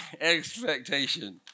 expectation